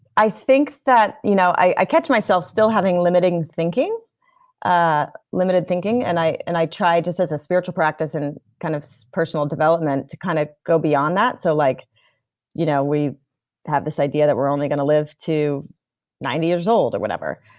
i think that. you know i catch myself still having limited thinking, ah and i and i try, just as a spiritual practice and kind of personal development, to kind of go beyond that so like you know we have this idea that we're only going to live to ninety years old or whatever,